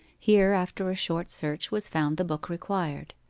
here, after a short search, was found the book required.